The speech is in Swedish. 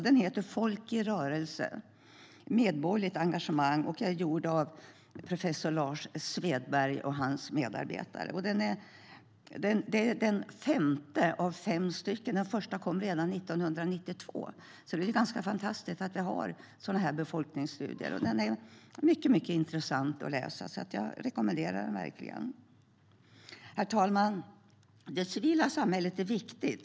Den har titeln Folk i rörelse - medborgerligt engagemang och är skriven av professor Lars Svedberg och hans medarbetare. Den första delen kom redan 1992. Det är fantastiskt att vi har sådana befolkningsstudier, och de är mycket intressanta att läsa. Jag rekommenderar dem verkligen. Herr talman! Det civila samhället är viktigt.